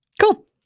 Cool